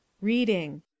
Reading